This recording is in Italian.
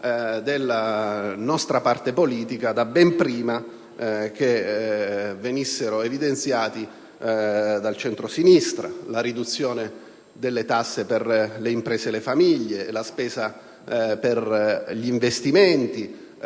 della nostra parte politica da ben prima che venissero evidenziati dal centrosinistra: la riduzione delle tasse per le imprese e le famiglie, la spesa per gli investimenti,